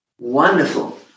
Wonderful